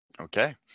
Okay